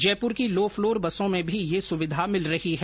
जयपुर की low floor बसों में भी ये सुविधा मिल रही है